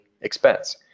expense